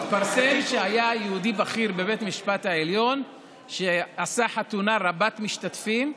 התפרסם שהיה יהודי בכיר בבית המשפט העליון שעשה חתונה רבת-משתתפים,